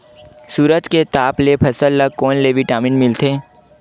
सूरज के ताप ले फसल ल कोन ले विटामिन मिल थे?